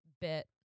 bit